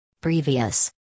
Previous